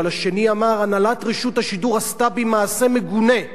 אבל השני אמר: הנהלת רשות השידור עשתה בי מעשה מגונה.